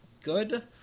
good